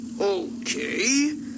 Okay